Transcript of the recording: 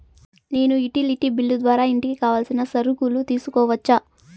నేను utility bill ద్వారా ఇంటికి కావాల్సిన సరుకులు తీసుకోవచ్చా?